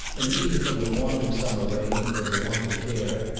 and either from the want of summer rain, or the want of care,